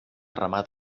remat